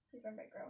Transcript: different background